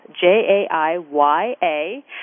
J-A-I-Y-A